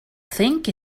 think